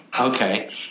Okay